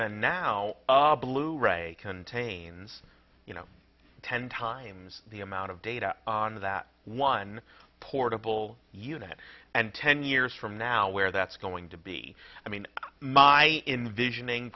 and now blu ray contains you know ten times the amount of data on that one portable unit and ten years from now where that's going to be i mean my in the visioning